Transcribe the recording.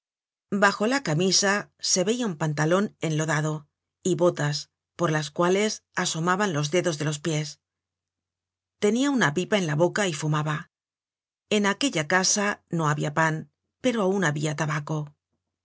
bajo la camisa se veia un pantalon enlodado y botas por las cuales asomaban los dedos de los pies tenia una pipa en la boca y fumaba en aquella casa no habia pan pero aun habia tabaco